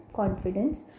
confidence